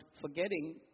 forgetting